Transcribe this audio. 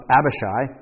Abishai